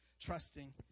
trusting